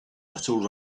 little